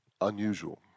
unusual